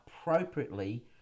appropriately